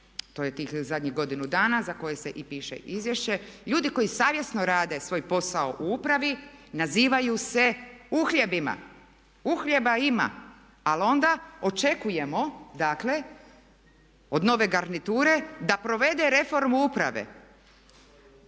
to je tih zadnjih godinu dana za koje se i piše izvješće ljudi koji savjesno rade svoj posao u upravi nazivaju se uhljebima. Uhljeba ima ali onda očekujemo dakle od nove garniture da provede reformu uprave,